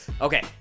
Okay